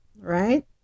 right